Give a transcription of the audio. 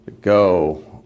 go